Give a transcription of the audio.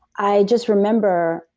i just remember,